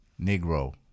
Negro